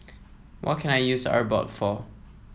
what can I use Abbott for